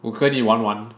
我跟你玩完